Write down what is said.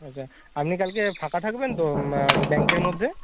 আচ্ছা আপনি কালকে ফাঁকা থাকবেন তো ব্যাংকের মধ্যে